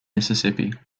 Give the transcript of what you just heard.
mississippi